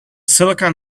silicon